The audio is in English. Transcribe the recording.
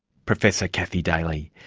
professor kathy daly.